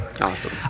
awesome